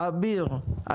גם.